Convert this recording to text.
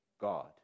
God